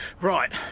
Right